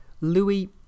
Louis